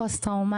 כפי שאמרתי,